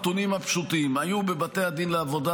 הנתונים הפשוטים: בבתי הדין לעבודה